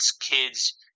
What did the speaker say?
kids